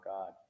God